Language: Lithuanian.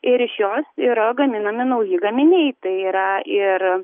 ir iš jos yra gaminami nauji gaminiai tai yra ir